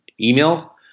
email